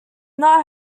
not